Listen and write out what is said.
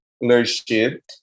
leadership